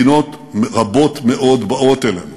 מדינות רבות מאוד באות אלינו.